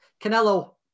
Canelo